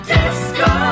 Disco